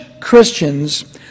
Christians